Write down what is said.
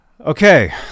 Okay